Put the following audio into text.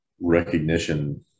recognition